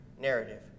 narrative